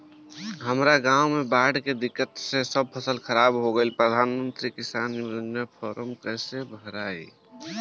हमरा गांव मे बॉढ़ के दिक्कत से सब फसल खराब हो गईल प्रधानमंत्री किसान बाला फर्म कैसे भड़ाई?